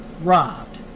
Robbed